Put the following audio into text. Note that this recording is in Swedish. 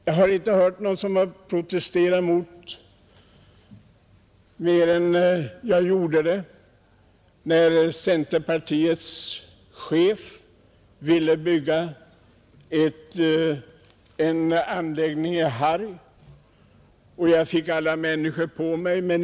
Jag har inte hört att någon annan än jag har protesterat när centerpartiets chef ville bygga en anläggning i Harg. Jag fick alla människor emot mig.